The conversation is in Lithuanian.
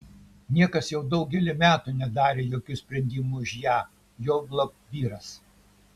niekas jau daugelį metų nedarė jokių sprendimų už ją juolab vyras